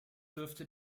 dürfte